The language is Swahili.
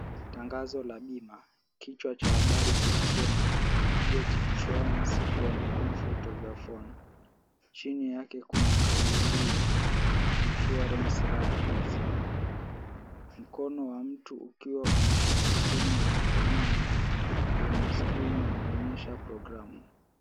Tangazo la bima. Kichwa cha habari kinasema Get Insurance from Comfort of your Phone . Chini yake kuna kauli mbiu Insurance Rah-Easy . Mkono wa mtu ukiwa umeshika simu ya mkononi yenye skrini inaonyesha programu.